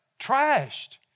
trashed